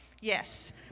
Yes